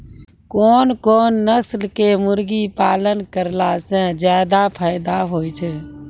कोन कोन नस्ल के मुर्गी पालन करला से ज्यादा फायदा होय छै?